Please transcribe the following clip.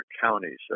counties